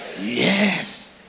yes